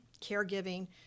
caregiving